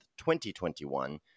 2021